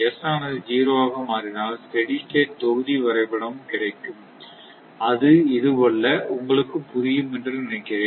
s ஆனது zero ஆக மாறினால் ஸ்டெடி ஸ்டேட் தொகுதி வரைபடம் கிடைக்கும் அது இதுவல்ல உங்களுக்கு புரியும் என நினைக்கிறேன்